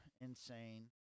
insane